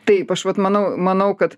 taip aš vat manau manau kad